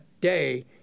day